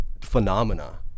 phenomena